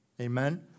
Amen